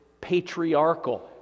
patriarchal